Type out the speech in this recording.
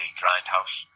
grindhouse